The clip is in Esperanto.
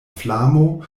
flamo